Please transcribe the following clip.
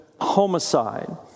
homicide